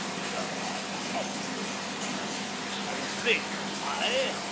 so i'm an object, am i? i'm a thing, am i?